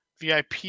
vip